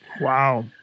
Wow